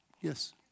Yes